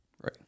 right